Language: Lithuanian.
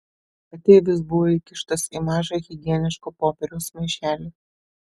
ateivis buvo įkištas į mažą higieniško popieriaus maišelį